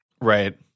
right